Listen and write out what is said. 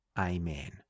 Amen